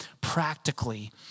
practically